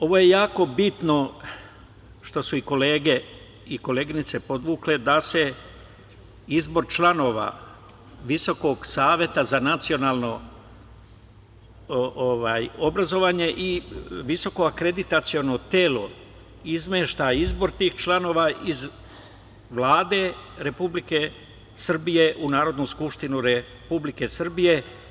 Ovo je jako bitno što su i kolege i koleginice podvukle, da se izmešta izbor članova Viskog saveta za nacionalno obrazovanje i Visoko akreditaciono telo iz Vlade Republike Srbije u Narodnu skupštinu Republike Srbije.